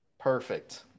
Perfect